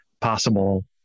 possible